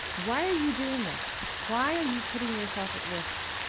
why are you doing this? why are you putting yourself at risk?